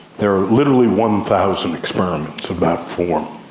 there are literally one thousand experiments of that form.